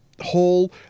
whole